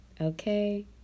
okay